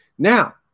Now